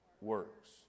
works